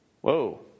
Whoa